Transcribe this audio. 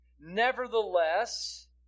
nevertheless